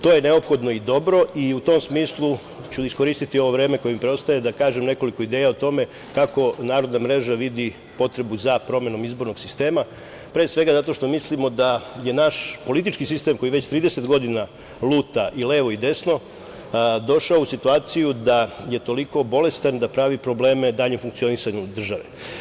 To je neophodno i dobro i u tom smislu ću iskoristi ovo vreme koje mi preostaje da kažem nekoliko ideja o tome kako narodna mreža vidi potrebu za promenom izbornog sistema, pre svega zato što mislimo da je naš politički sistem koji već 30 godina luta i levo i desno, došao u situaciju da je toliko bolestan da pravi probleme daljem funkcionisanju države.